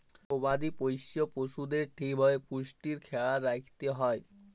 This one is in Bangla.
গবাদি পশ্য পশুদের ঠিক ভাবে পুষ্টির খ্যায়াল রাইখতে হ্যয়